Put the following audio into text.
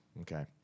okay